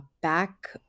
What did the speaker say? back